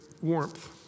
warmth